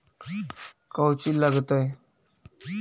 कौची लगतय?